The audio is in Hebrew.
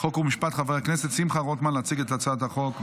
חוק ומשפט חבר הכנסת שמחה רוטמן להציג את הצעת החוק.